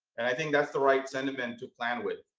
and i think that's the right sentiment to plan with.